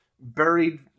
buried